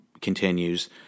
continues